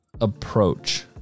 approach